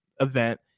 event